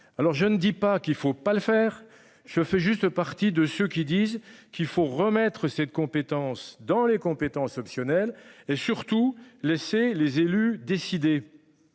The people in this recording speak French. Alors je ne dis pas qu'il ne faut pas le faire. Je fais juste partie de ceux qui disent qu'il faut remettre ses de compétences dans les compétences optionnelles et surtout laissez les élus décider.